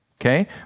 Okay